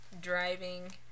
driving